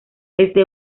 este